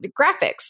graphics